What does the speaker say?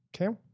Okay